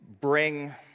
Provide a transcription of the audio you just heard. bring